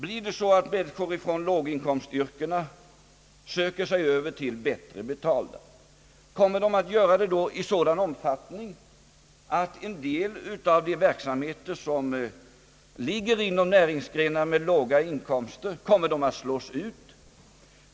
Blir det så att människor från lågin komstyrken söker sig över till bättre betalda yrken? Kommer de då att göra det i sådan omfattning att en del av de verksamheter som ligger inom näringsgrenar med låga inkomster kommer att slås ut?